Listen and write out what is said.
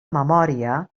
memòria